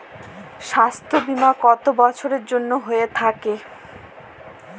স্বাস্থ্যবীমা কত বছরের জন্য হয়ে থাকে?